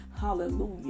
Hallelujah